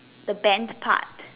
the bent part